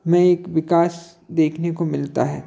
में एक विकास देखने को मिलता है